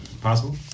possible